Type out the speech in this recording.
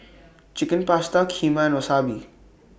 Chicken Pasta Kheema Wasabi